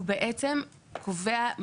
הוא בעצם קובע,